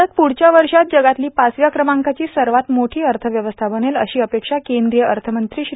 भारत प्रढच्या वर्षात जगातली पाचव्या क्रमांकाची सर्वात मोठी अर्थव्यवस्था बनेल अशी अपेक्षा केंद्रीय अर्थमंत्री श्री